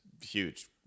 huge